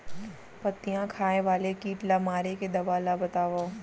पत्तियां खाए वाले किट ला मारे के दवा ला बतावव?